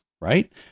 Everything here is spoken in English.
right